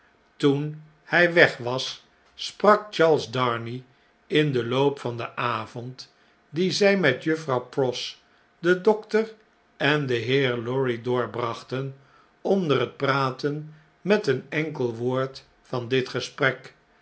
toen hij weg was sprak charles darnay in den loop van den avond dien zij metjuffrouw pross den dokter en den heer lorry doorbrachten onder het praten met een enkel woord van dit gesprek